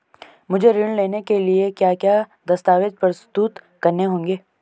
मुझे ऋण लेने के लिए क्या क्या दस्तावेज़ प्रस्तुत करने होंगे?